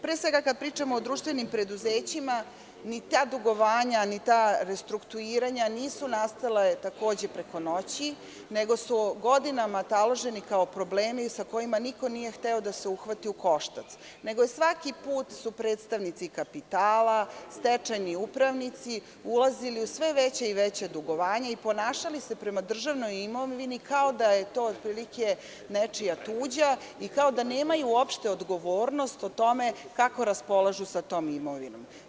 Pre svega, kada pričamo o društvenim preduzećima ni ta dugovanja, ni ta restrukturiranja nisu nastala takođe preko noći, nego su godinama taloženi kao problemi sa kojima niko nije hteo da se uhvati u koštac, nego su svaki put predstavnici kapitala, stečajni upravnici, ulazili u sve veća i veća dugovanja i ponašali se prema državnoj imovini kao da je to otprilike nečija tuđa i kao da nemaju uopšte odgovornost o tome kako raspolažu sa tom imovinom.